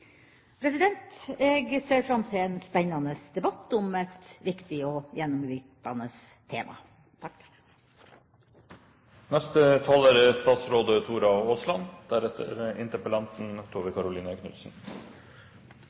Jeg ser fram til en spennende debatt om et viktig og gjennomgripende tema.